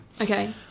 Okay